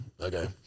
Okay